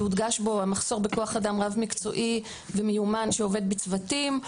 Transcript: שהודגש בו המחסור בכוח-אדם רב-מקצועי ומיומן שעובד בצוותים,